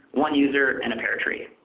one user and a pear tree.